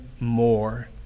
More